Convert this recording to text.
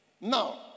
Now